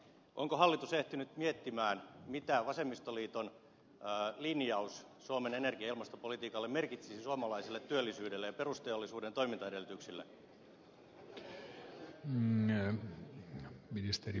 onko hallitus ehtinyt miettiä mitä vasemmistoliiton linjaus suomen energia ja ilmastopolitiikasta merkitsisi suomalaiselle työllisyydelle ja perusteollisuuden toimintaedellytyksille